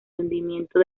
hundimiento